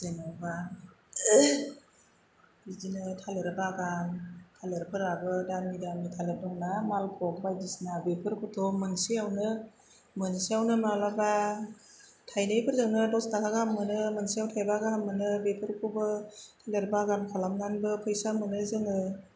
जेनबा बिदिनो थालिर बागान थालेरफोराबो दामि दामि थालिर दं ना मालबग बायदिसिना बेफोरखौथ' मोनसेआवनो मोनसेआवनो मालाबा थाइनैफोरजोंनो दस थाखा गाहाम मोनो मोनसेआवनो थाइबा गाहाम मोनो बेफोरखौबो थालिर बागान खालामनानैबो फैसा मोनो जोङो